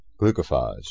Glucophage